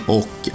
och